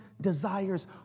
Desires